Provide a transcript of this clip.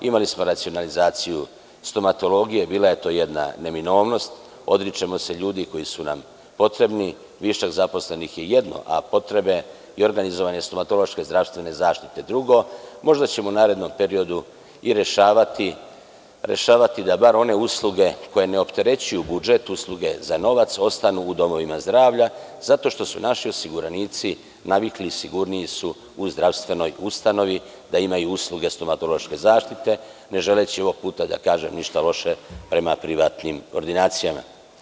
Imali smo racionalizaciju stomatologije, bila je to jedna neminovnost, odričemo se ljudi koji su nam potrebni, višak zaposlenih je jedno, a potrebe i organizovanja stomatološke zdravstvene zaštite drugo, možda ćemo u narednom periodu i rešavati da bar one usluge koje ne opterećuju budžet, usluge za novac, ostanu u domovima zdravlja, zato što su naši osiguranici navikli i sigurniji su u zdravstvenoj ustanovi da imaju usluge stomatološke zaštite, ne želeći ovog puta da kažem ništa loše prema privatnim ordinacijama.